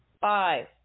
Five